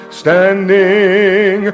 standing